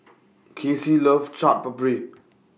Kaycee loves Chaat Papri